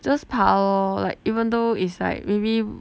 just 爬 lor like even though it's like maybe